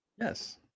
yes